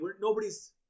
nobody's